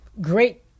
great